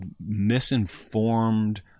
misinformed